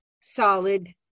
solid